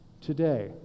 today